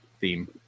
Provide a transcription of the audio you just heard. theme